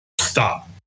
stop